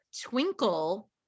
twinkle